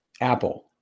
Apple